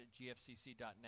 gfcc.net